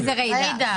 ג'ידא.